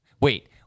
Wait